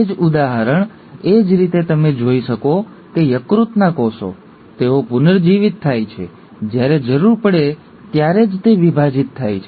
એ જ ઉદાહરણ એ જ રીતે તમે જોશો કે યકૃતના કોષો તેઓ પુનર્જીવિત થાય છે જ્યારે જરૂર પડે ત્યારે જ તે વિભાજિત થાય છે